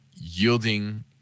yielding